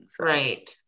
right